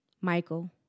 Michael